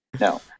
No